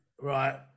Right